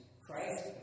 Christ